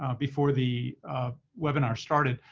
um before the webinar started.